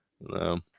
No